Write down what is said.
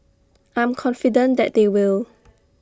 I'm confident that they will